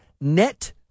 Net